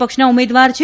પક્ષના ઉમેદવાર છે